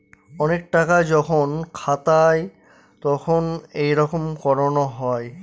অনেক টাকা যখন খাতায় তখন এইরকম করানো হয়